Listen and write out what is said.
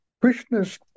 Krishna's